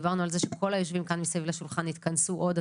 דיברנו על זה שכל היושבים כאן סביב השולחן יתכנסו עוד.